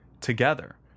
together